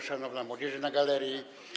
Szanowna Młodzieży na galerii!